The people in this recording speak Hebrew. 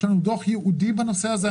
שיש לנו דוח ייעודי בנושא הזה.